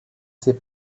ces